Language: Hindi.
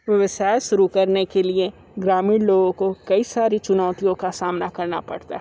व्यवसाय शरू करने के लिए ग्रामीण लोगों को कई सारी चुनौतियों का सामना करना पड़ता है